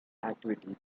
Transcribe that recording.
activity